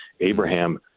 Abraham